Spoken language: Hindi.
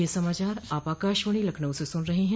ब्रे क यह समाचार आप आकाशवाणी लखनऊ से सुन रहे हैं